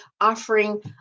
offering